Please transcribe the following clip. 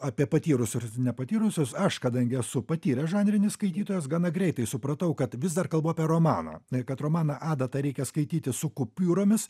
apie patyrusius ir nepatyrusius aš kadangi esu patyręs žanrinis skaitytojas gana greitai supratau kad vis dar kalbu apie romaną kad romaną adatą reikia skaityti su kupiūromis